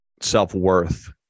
self-worth